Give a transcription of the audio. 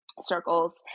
circles